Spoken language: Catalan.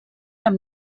amb